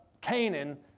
Canaan